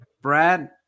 Brad